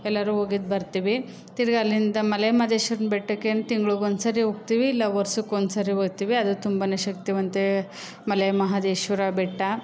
ಎಲ್ಲರೂ ಹೋಗಿದ್ದು ಬರ್ತೀವಿ ತಿರುಗ ಅಲ್ಲಿಂದ ಮಲೆ ಮಹದೇಶ್ವರನ ಬೆಟ್ಟಕ್ಕೆ ಅಂತ ತಿಂಗಳಿಗೊಂದ್ಸರಿ ಹೋಗ್ತೀವಿ ಇಲ್ಲ ವರ್ಷಕ್ಕೊಂದ್ಸರಿ ಹೋಗ್ತೀವಿ ಅದು ತುಂಬನೇ ಶಕ್ತಿವಂತೆ ಮಲೆ ಮಹದೇಶ್ವರ ಬೆಟ್ಟ